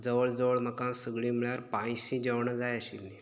जवळ जवळ म्हाका सगळीं म्हळ्यार पायशीं जेवणां जाय आशिल्ली